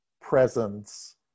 presence